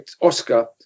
Oscar